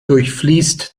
durchfließt